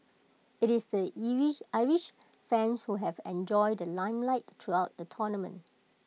IT is the Irish fans who have enjoyed the limelight throughout the tournament